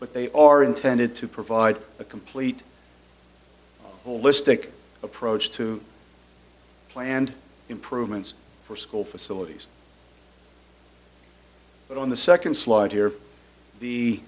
but they are intended to provide a complete holistic approach to planned improvements for school facilities but on the second slide here the